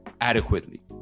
adequately